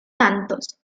tantos